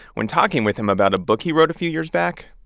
when talking with him about a book he wrote a few years back,